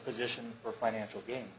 position for financial gain